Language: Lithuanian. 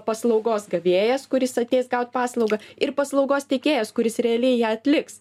paslaugos gavėjas kuris ateis gaut paslaugą ir paslaugos tiekėjas kuris realiai ją atliks